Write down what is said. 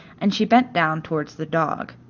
and she bent down towards the dog.